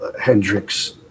Hendrix